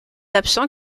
absent